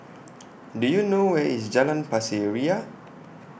Do YOU know Where IS Jalan Pasir Ria